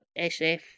SF